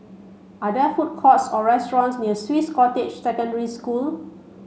are there food courts or restaurants near Swiss Cottage Secondary School